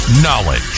Knowledge